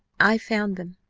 i found them,